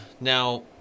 Now